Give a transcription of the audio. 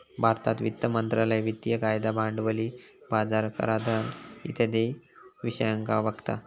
भारतात वित्त मंत्रालय वित्तिय कायदा, भांडवली बाजार, कराधान इत्यादी विषयांका बघता